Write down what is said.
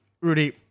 Rudy